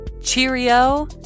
cheerio